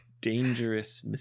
dangerous